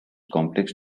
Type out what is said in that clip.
complex